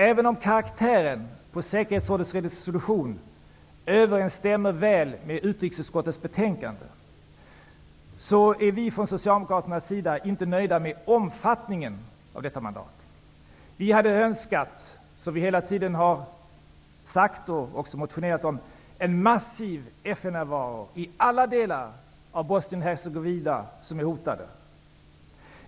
Även om karaktären på säkerhetsrådets resolution väl överensstämmer med utrikesutskottets betänkande är vi från Socialdemokraternas sida inte nöjda med omfattningen av detta mandat. Vi hade önskat, som vi hela tiden sagt och också motionerat om, en massiv FN-närvaro i alla hotade delar av Bosnien--Hercegovina.